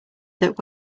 that